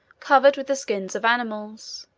covered with the skins of animals,